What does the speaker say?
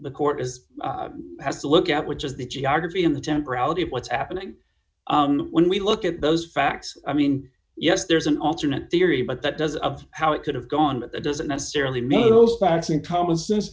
the court is has to look at which is the geography in the temporality of what's happening when we look at those facts i mean yes there's an alternate theory but that does of how it could have gone but that doesn't necessarily mean those passing commonsense